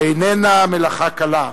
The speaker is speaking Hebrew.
איננה מלאכה קלה,